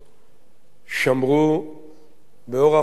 שמרו באורח מופלא,